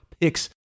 picks